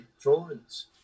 drawings